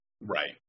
Right